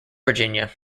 virginia